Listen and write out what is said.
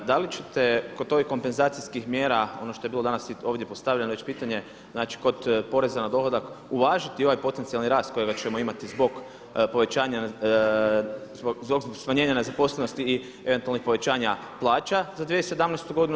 Da li ćete kod ovih kompenzacijskih mjera ono što je bilo danas i ovdje postavljeno pitanje znači kod poreza na dohodak uvažiti ovaj potencijalni rasta kojega ćemo imati zbog povećanja, zbog smanjenja nezaposlenosti i eventualnih povećanja plaća za 2017. godinu.